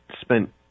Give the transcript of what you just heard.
spent